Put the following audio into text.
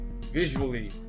visually